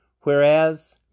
Whereas